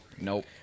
Nope